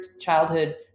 childhood